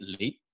late